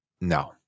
no